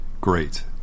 great